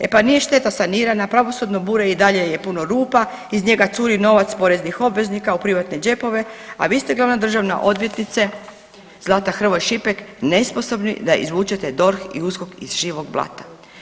E pa nije šteta sanirana, pravosudno bure i dalje je puno rupa, iz njega curi novac poreznih obveznika u privatne džepove, a vi ste glavna državna odvjetnice Zlata Hrvoj Šipek nesposobni da izvučete DORH i USKOK iz živog blata.